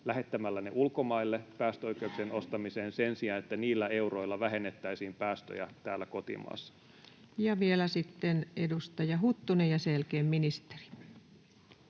lähettämällä ne ulkomaille päästöoikeuksien ostamiseen sen sijaan, että niillä euroilla vähennettäisiin päästöjä täällä kotimaassa? [Speech 585] Speaker: Ensimmäinen varapuhemies